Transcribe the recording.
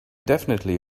definitely